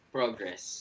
Progress